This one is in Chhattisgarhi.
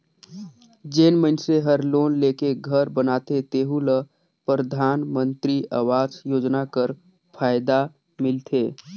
जेन मइनसे हर लोन लेके घर बनाथे तेहु ल परधानमंतरी आवास योजना कर फएदा मिलथे